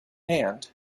hand